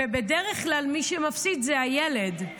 ובדרך כלל מי שמפסיד זה הילד.